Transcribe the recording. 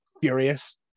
furious